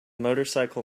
motorcycle